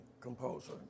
composer